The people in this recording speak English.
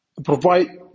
provide